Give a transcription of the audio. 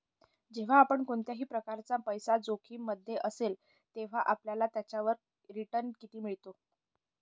जेव्हा पण कोणत्याही प्रकारचा पैसा जोखिम मध्ये असेल, तेव्हा आपल्याला त्याच्यावर रिटन किती मिळतो?